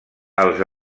els